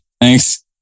thanks